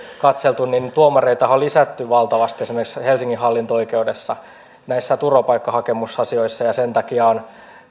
katseltu niin tuomareitahan on lisätty valtavasti esimerkiksi helsingin hallinto oikeudessa näissä turvapaikkahakemusasioissa ja sen takia on